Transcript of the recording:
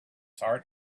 heart